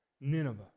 Nineveh